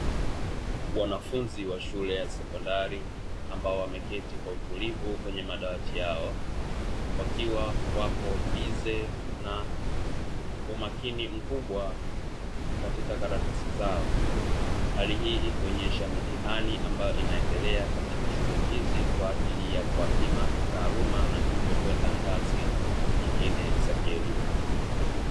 Wanfunzi wa shule ya sekondari ambao wamekaa kwa utulivu kwenye madawati yao, wakiwa wako busy na umakini mkubwa katika karatasi zao. Hali hii ikionyesha mitihani ambayo inaendelea katika shule hizi kwa ajili ya kuwapima kitaaluma na hivyo kwenda ngazi nyingine za kielimu.